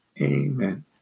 Amen